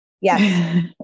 Yes